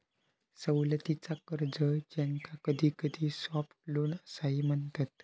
सवलतीचा कर्ज, ज्याका कधीकधी सॉफ्ट लोन असाही म्हणतत